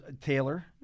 Taylor